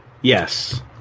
Yes